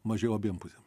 mažiau abiem pusėm